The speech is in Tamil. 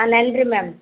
ஆ நன்றி மேம்